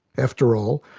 after all,